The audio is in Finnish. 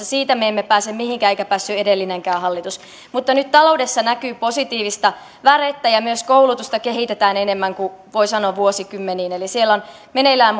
siitä me emme pääse mihinkään eikä päässyt edellinenkään hallitus mutta nyt ta loudessa näkyy positiivista värettä ja myös koulutusta kehitetään enemmän kuin voi sanoa vuosikymmeniin siellä on meneillään